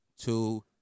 two